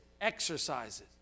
exercises